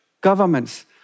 governments